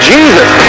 Jesus